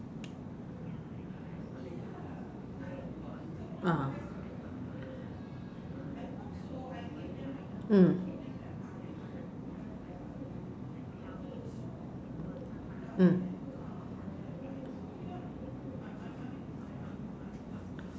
ah mm mm